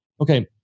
Okay